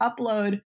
upload